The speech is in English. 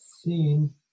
seen